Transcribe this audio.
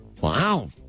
Wow